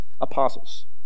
apostles